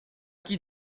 qui